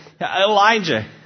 Elijah